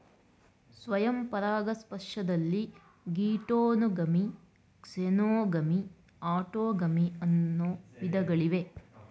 ಸ್ವಯಂ ಪರಾಗಸ್ಪರ್ಶದಲ್ಲಿ geitonogamy, xenogamy, autogamy ಅನ್ನೂ ವಿಧಗಳಿವೆ